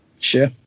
sure